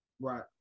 right